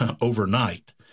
overnight